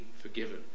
forgiven